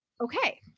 okay